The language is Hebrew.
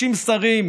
30 שרים,